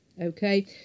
Okay